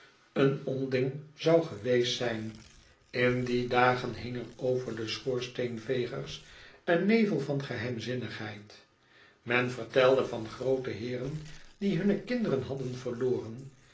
een onding zou geweest zijn in die dagen hing er over de schoorsteenvegers een nevel van geheimzinnigheid men vertelde van groote heeren die hunne kinderen hadden verloren